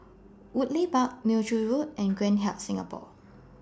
Woodleigh Park Neo Tiew Road and Grand Hyatt Singapore